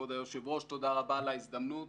כבוד היושב-ראש, תודה רבה על ההזדמנות.